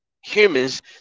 humans